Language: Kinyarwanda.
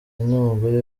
n’umugore